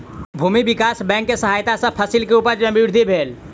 भूमि विकास बैंक के सहायता सॅ फसिल के उपज में वृद्धि भेल